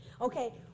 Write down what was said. Okay